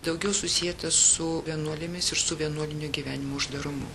daugiau susietas su vienuolėmis ir su vienuolinio gyvenimo uždarumu